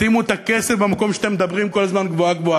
שימו את הכסף במקום שאתם מדברים עליו כל הזמן גבוהה-גבוהה.